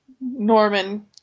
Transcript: Norman